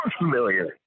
familiar